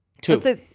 Two